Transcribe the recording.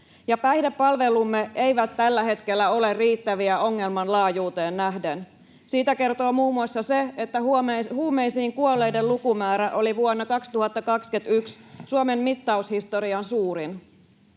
Päihdepalvelumme eivät tällä hetkellä ole riittäviä ongelman laajuuteen nähden. Siitä kertoo muun muassa se, että huumeisiin kuolleiden lukumäärä oli vuonna 2021 Suomen mittaushisto-rian suurin.